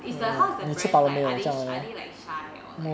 is the house that brands type are they are like shy or like